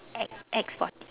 act act sporty